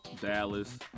Dallas